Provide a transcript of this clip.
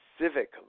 civic